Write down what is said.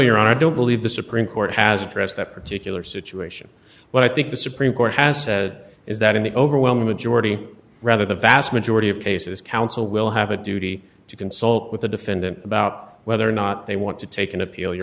your honor i don't believe the supreme court has addressed that particular situation but i think the supreme court has said is that in the overwhelming majority rather the vast majority of cases counsel will have a duty to consult with the defendant about whether or not they want to take an appeal you